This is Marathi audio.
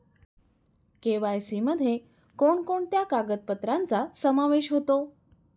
के.वाय.सी मध्ये कोणकोणत्या कागदपत्रांचा समावेश होतो?